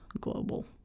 global